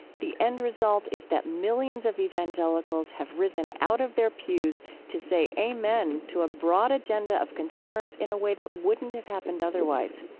the end result is that millions of evangelicals have risen out of their pews to say amen to a broad agenda of concerns in a way that wouldn't have happened otherwise.